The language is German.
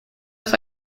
auf